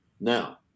Now